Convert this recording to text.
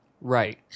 right